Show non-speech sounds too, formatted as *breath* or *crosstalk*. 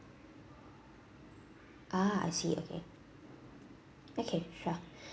ah I see okay okay sure *breath*